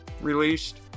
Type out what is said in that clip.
released